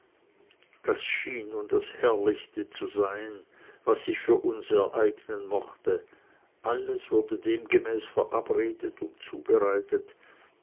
das schien nun das herrlichste zu sein was sich für uns ereignen mochte alles wurde demgemäß verabredet und zubereitet